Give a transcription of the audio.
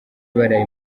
baraye